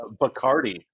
bacardi